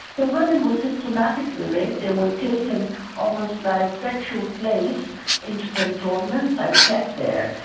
so women were systematically raped. they were taken almost like sexual slaves into cantonments and kept there.